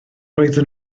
oeddwn